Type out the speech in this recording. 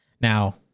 Now